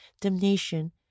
damnation